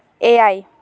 ᱮᱭᱟᱭ